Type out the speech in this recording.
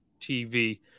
tv